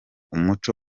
umuco